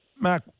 Mac